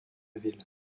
ville